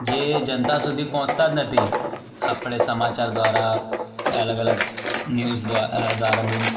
જે જનતા સુધી પહોંચતા જ નથી આપણે સમાચાર દ્વારા કે અલગ અલગ ન્યુઝ દ્વારા